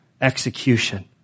execution